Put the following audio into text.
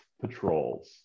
patrols